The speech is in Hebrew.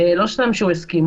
לא סתם שהוא הסכים,